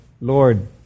Lord